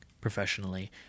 professionally